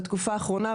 בתקופה האחרונה,